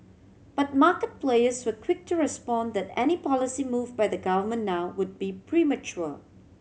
but market players were quick to respond that any policy move by the government now would be premature